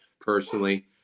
personally